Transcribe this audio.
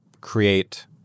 create